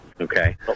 Okay